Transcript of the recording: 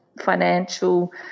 financial